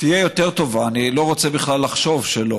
תהיה יותר טובה, אני לא רוצה בכלל לחשוב שלא?